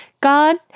God